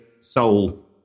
soul